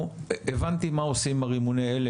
הבנתי מה עושים עם רימוני ההלם,